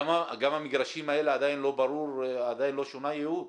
המגרשים האלה, עדיין לא שונה הייעוד.